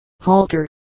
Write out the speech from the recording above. Halter